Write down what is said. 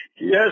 Yes